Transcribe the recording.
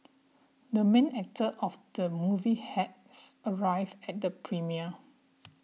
the main actor of the movie has arrived at the premiere